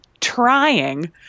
trying